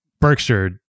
Berkshire